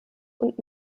und